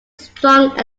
strong